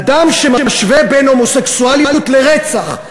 אדם שמשווה בין הומוסקסואליות לרצח,